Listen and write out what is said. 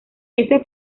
ese